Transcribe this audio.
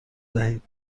دهید